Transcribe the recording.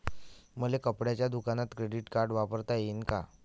मले कपड्याच्या दुकानात क्रेडिट कार्ड वापरता येईन का?